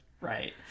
Right